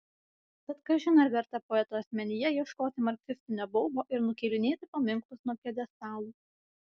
tad kažin ar verta poeto asmenyje ieškoti marksistinio baubo ir nukėlinėti paminklus nuo pjedestalų